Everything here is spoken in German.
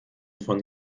von